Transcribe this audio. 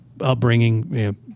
upbringing